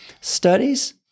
studies